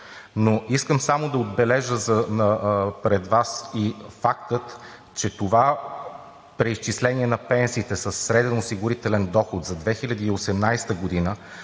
Искам само да отбележа пред Вас факта, че това преизчисление на пенсиите със среден осигурителен доход за 2018 г.